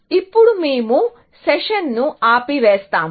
ఇప్పుడుమేము సెషన్నుఆపివేస్తాము